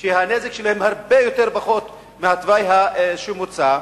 שהנזק שלהן הרבה פחות מהתוואי שמוצע,